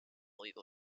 legal